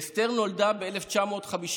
אסתר נולדה ב-1956.